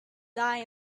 die